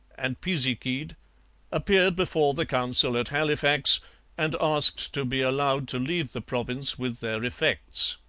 and pisiquid appeared before the council at halifax and asked to be allowed to leave the province with their effects.